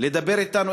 לדבר אתנו,